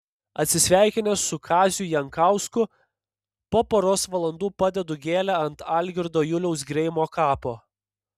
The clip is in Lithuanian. atsisveikinęs su kaziu jankausku po poros valandų padedu gėlę ant algirdo juliaus greimo kapo